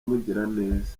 mugiraneza